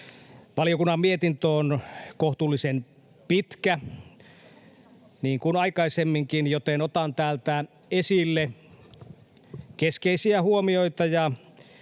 Valiokunnan mietintö on kohtuullisen pitkä, niin kuin aikaisemminkin, joten otan täältä esille keskeisiä huomioita